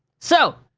so,